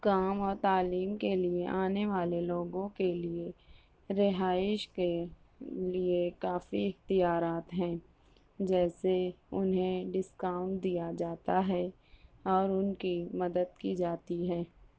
کام اور تعلیم کے لیے آنے والے لوگوں کے لیے رہائش کے لیے کافی اختیارات ہیں جیسے انہیں ڈسکاؤنٹ دیا جاتا ہے اور ان کی مدد کی جاتی ہے